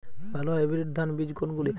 ভালো হাইব্রিড ধান বীজ কোনগুলি?